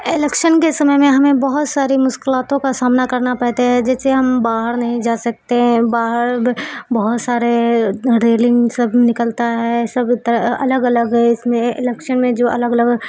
election کے سمے میں ہمیں بہت ساری مشکلاتوں کا سامنا کرنا پڑتے ہے جیسے ہم باہر نہیں جا سکتے ہیں باہر بہت سارے ریلنگ سب نکلتا ہے سب الگ الگ ہے اس میں الیکشن میں جو الگ الگ